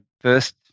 first